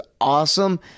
awesome